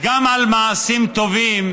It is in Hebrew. גם על מעשים טובים